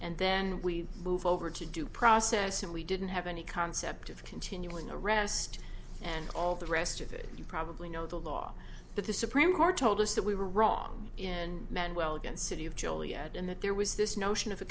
and then we move over to due process and we didn't have any concept of continuing arrest and all the rest of it you probably know the law but the supreme court told us that we were wrong and meant well density of joliet and that there was this notion of a